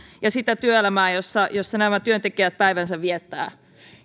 ja sitä arkea jossa nämä työntekijät päivänsä viettävät